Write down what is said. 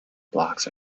blocks